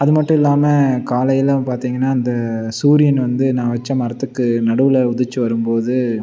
அது மட்டும் இல்லாமல் காலையில் பார்த்திங்கனா இந்த சூரியன் வந்து நான் வச்ச மரத்துக்கு நடுவில் உதித்து வரும் போது